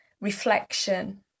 reflection